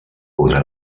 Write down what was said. podrà